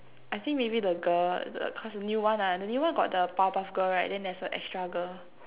I think maybe the girl the cause the new one ah the new one got the powerpuff-girl right then there's a extra girl